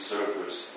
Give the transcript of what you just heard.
Servers